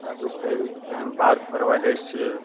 કાં તો કંઈ એમ બહાર ફરવા જાય છે